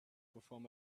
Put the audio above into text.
perform